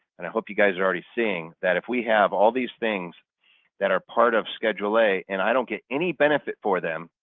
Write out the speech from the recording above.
and i hope you guys are already seeing that if we have all these things that are part of schedule a, and i don't get any benefit for them,